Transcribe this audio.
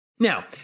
Now